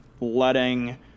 letting